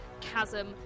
chasm